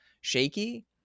shaky